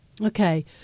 Okay